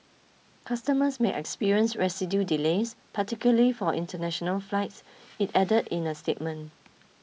customers may experience residual delays particularly for international flights it added in a statement